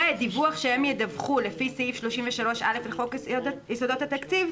ודיווח שהם ידווחו לפי סעיף 33(א) לחוק יסודות התקציב,